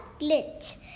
glitch